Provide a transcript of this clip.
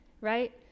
right